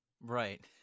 Right